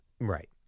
Right